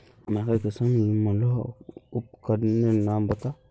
मकई कुंसम मलोहो उपकरनेर नाम बता?